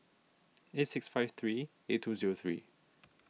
eight six five three eight two zero three